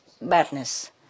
badness